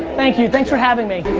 thank you, thanks for having me.